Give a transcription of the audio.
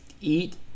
eat